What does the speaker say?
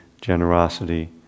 generosity